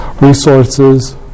Resources